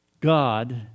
God